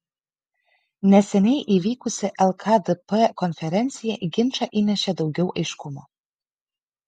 neseniai įvykusi lkdp konferencija į ginčą įnešė daugiau aiškumo